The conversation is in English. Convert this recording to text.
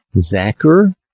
Zachar